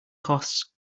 costs